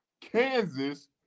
Kansas